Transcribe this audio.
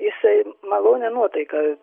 jisai malonią nuotaiką